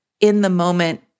in-the-moment